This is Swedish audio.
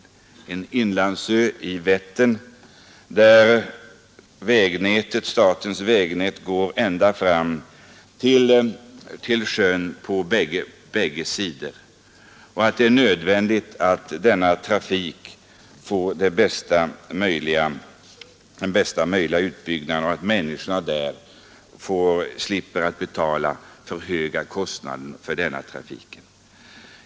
Visingsö är en inlandsö i Vättern, och statens vägnät går ända fram till sjön på bägge sidor. Det är nödvändigt att den trafik det här gäller byggs ut på bästa möjliga sätt och att människorna slipper betala för höga kostnader för denna trafik.